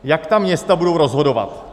Jak ta města budou rozhodovat?